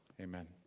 Amen